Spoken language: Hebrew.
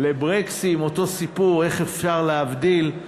לברקסים אותו סיפור, איך אפשר להבדיל?